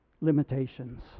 limitations